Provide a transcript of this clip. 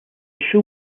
show